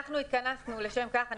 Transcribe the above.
התכנסנו לשם כך.